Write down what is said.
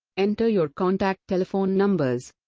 enter your contact telephone numbers